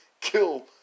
kill